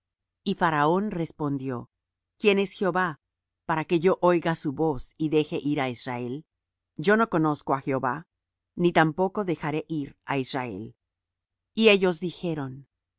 y faraón respondió quién es jehová para que yo oiga su voz y deje ir á israel yo no conozco á jehová ni tampoco dejaré ir á israel y ellos dijeron el